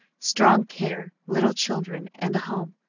strong care, little children, and a home.